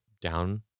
down